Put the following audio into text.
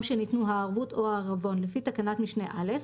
שניתנו הערבות או העירבון לפי תקנת משנה (א),